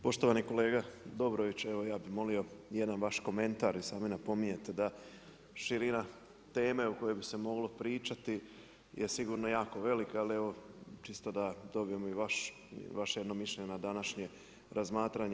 Poštovani kolega Dobrović, evo ja bi molio jedan vaš komentar, i sami napominjete da širina teme o kojoj bi se moglo pričati je sigurno jako velika ali evo, čisto da dobijemo vaše jedno mišljenje na današnje razmatranje.